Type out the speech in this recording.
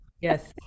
yes